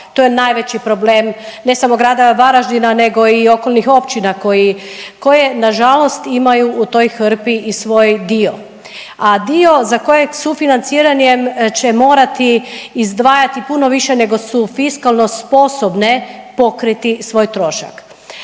to je najveći problem ne samo grada Varaždina nego i okolnih općina koje nažalost imaju u toj hrpi i svoj dio, a dio za koje sufinanciranjem će morati izdvajati puno više nego su fiskalno sposobne pokriti svoj trošak.